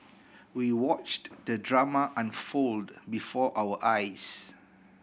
we watched the drama unfold before our eyes